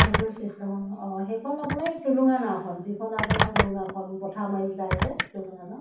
সেইটো চিষ্টেমত অঁ সেইখন আপোনাৰ এই টুলুঙা নাওখন যিখন আপোনাৰ সৰু নাওখন বঠা মাৰি যায় যে টুলুঙা নাও